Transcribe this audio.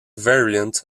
variant